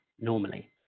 normally